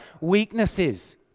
weaknesses